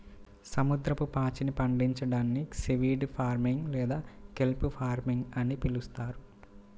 సముద్రపు పాచిని పండించడాన్ని సీవీడ్ ఫార్మింగ్ లేదా కెల్ప్ ఫార్మింగ్ అని పిలుస్తారు